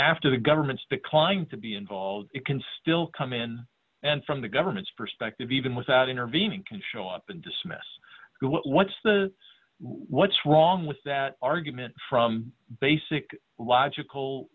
after the government's decline to be involved it can still come in and from the government's perspective even without intervening to show up and dismiss what's the what's wrong with that argument from basic logical